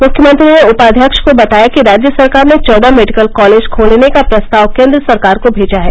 मुख्यमंत्री ने उपाध्यक्ष को बताया कि राज्य सरकार ने चौदह मेडिकल कॉलेज खोलने का प्रस्ताव केन्द्र सरकार को भेजा है